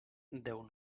déu